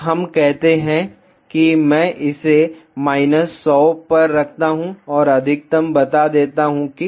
हम कहते हैं कि मैं इसे माइनस 100 पर रखता हूं और अधिकतम बता देता हूं कि 30 अप्लाई करें